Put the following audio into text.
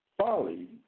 Folly